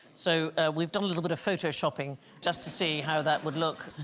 so, ah we've done a little bit of photo shopping just to see how that would look.